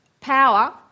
power